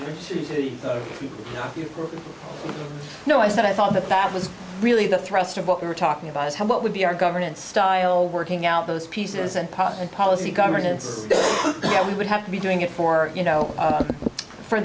said you know i said i thought that that was really the thrust of what we were talking about is what would be our governance style working out those pieces and parts and policy governance that we would have to be doing it for you know for